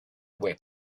whip